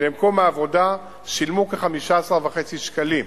למקום העבודה שילמו כ-15.5 שקלים.